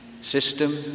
system